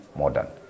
modern